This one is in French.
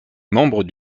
membre